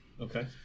Okay